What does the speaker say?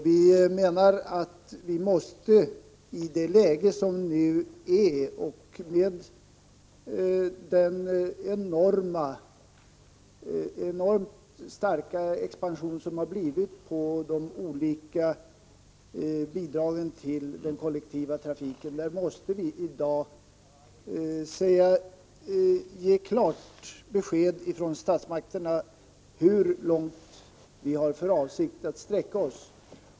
Vi menar att vi från statsmakterna i dag, i det läge vi nu har och med den enormt starka expansion som skett av de olika bidragen till den kollektiva trafiken, måste ge klart besked om hur långt vi har för avsikt att sträcka oss.